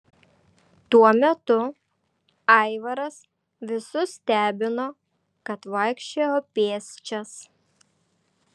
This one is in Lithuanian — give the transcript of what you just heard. tuo metu aivaras visus stebino kad vaikščiojo pėsčias